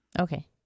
Okay